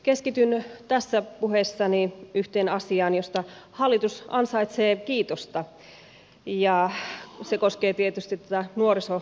keskityn tässä puheessani yhteen asiaan josta hallitus ansaitsee kiitosta ja se koskee tietysti nuorisotakuuta